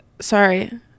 sorry